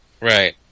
Right